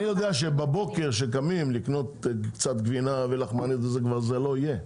אני יודע שהמציאות שקמים בבוקר לקנות גבינה ולחמניות כבר לא תהיה,